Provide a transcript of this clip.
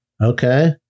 okay